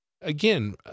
Again